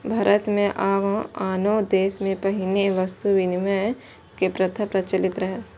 भारत मे आ आनो देश मे पहिने वस्तु विनिमय के प्रथा प्रचलित रहै